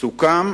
סוכם